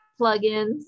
plugins